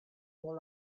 non